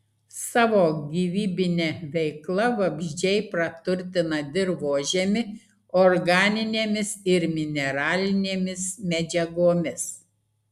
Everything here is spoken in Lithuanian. savo gyvybine veikla vabzdžiai praturtina dirvožemį organinėmis ir mineralinėmis medžiagomis